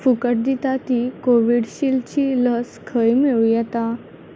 फुकट दिता ती कोविडशिल्डची लस खंय मेळूंक येता